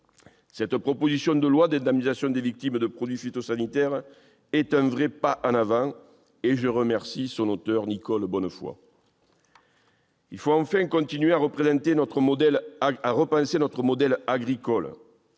Cette proposition de loi d'indemnisation des victimes de produits phytosanitaires est un vrai pas en avant, et je remercie son auteur, Nicole Bonnefoy. Il faut, enfin, continuer à repenser notre modèle agricole.